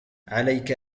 عليك